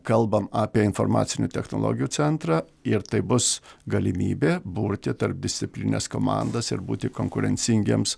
kalbam apie informacinių technologijų centrą ir tai bus galimybė burti tarpdisciplinines komandas ir būti konkurencingiems